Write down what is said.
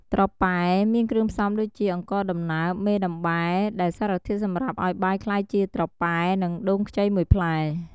ត្រប៉ែមានគ្រឿងផ្សំដូចជា អង្ករដំណើប មេដំបែ ដែលសារធាតុសម្រាប់ឱ្យបាយកា្លយជាត្រប៉ែ និងដូងខ្ចីមួយផ្លែ។